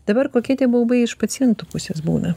dabar kokie tie baubai iš pacientų pusės būna